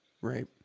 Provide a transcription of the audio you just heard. right